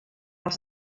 els